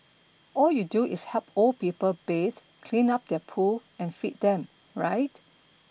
all you do is help old people bathe clean up their poo and feed them right